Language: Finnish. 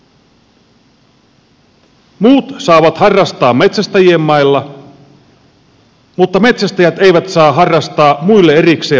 muut saavat harrastaa metsästäjien mailla mutta metsästäjät eivät saa harrastaa muille erikseen varatuilla mailla